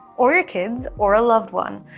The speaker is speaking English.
or your kids, or a loved one.